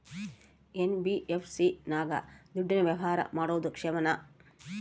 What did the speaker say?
NBFC ನಾಗ ದುಡ್ಡಿನ ವ್ಯವಹಾರ ಮಾಡೋದು ಕ್ಷೇಮಾನ?